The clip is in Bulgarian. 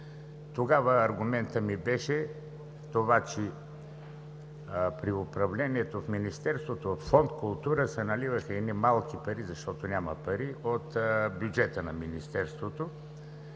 Тогава аргументът ми беше, че при управлението в Министерството във Фонд „Култура“ се наливаха едни малки пари, защото няма пари, от бюджета на Министерството.